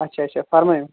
اچھا اچھا فرمٲوِو